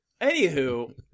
Anywho